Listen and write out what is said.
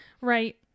Right